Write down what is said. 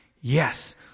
yes